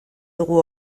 dugu